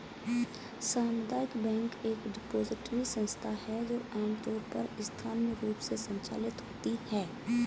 सामुदायिक बैंक एक डिपॉजिटरी संस्था है जो आमतौर पर स्थानीय रूप से संचालित होती है